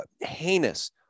heinous